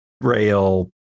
rail